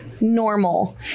normal